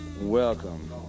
Welcome